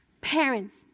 Parents